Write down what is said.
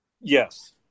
Yes